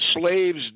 Slaves